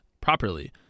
properly